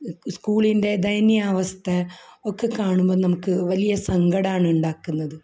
സ്കൂളിൻ്റെ ദയനീയാവസ്ഥ ഒക്കെ കാണുമ്പോൾ നമുക്ക് വലിയ സങ്കടമാണ് ഉണ്ടാക്കുന്നത്